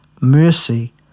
mercy